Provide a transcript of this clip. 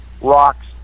rocks